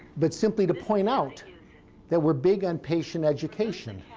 but simply to point out that we're big on patient education,